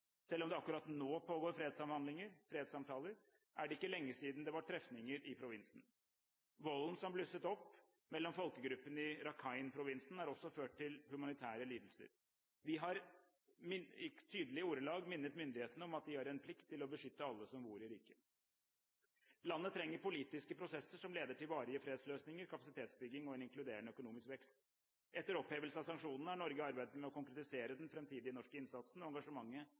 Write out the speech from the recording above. Selv om det akkurat nå pågår fredssamtaler, er det ikke lenge siden det var trefninger i provinsen. Volden som blusset opp mellom folkegruppene i Rakhine-provinsen, har også ført til humanitære lidelser. Vi har i tydelige ordelag minnet myndighetene om at de har en plikt til å beskytte alle som bor i riket. Landet trenger politiske prosesser som leder til varige fredsløsninger, kapasitetsbygging og en inkluderende økonomisk vekst. Etter opphevelse av sanksjonene har Norge arbeidet med å konkretisere den framtidige norske innsatsen og engasjementet